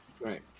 Right